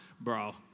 bro